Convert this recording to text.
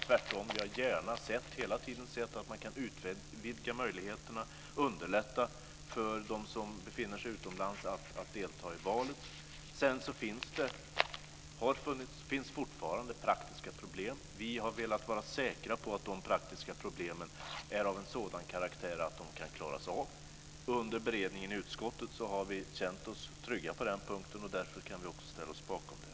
Tvärtom har vi hela tiden sett att man kan utvidga möjligheterna och underlätta för dem som befinner sig utomlands att delta i val. Sedan har det funnits och finns fortfarande praktiska problem. Vi har velat vara säkra på att de praktiska problemen är av en sådan karaktär att de kan klaras av. Under beredningen i utskottet har vi känt oss trygga på den punkten. Därför kan vi också ställa oss bakom förslaget.